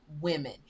women